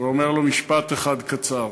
ואומר לו משפט אחד קצר: